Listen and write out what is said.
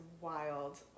wild